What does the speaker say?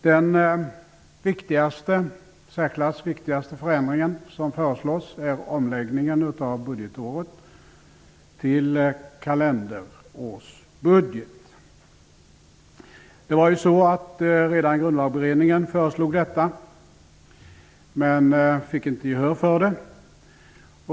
Den i särklass viktigaste förändringen som föreslås är omläggningen av budgetåret till kalenderår. Redan Grundlagberedningen föreslog detta, men fick inte gehör för det.